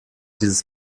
dieses